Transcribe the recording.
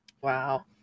wow